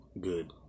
good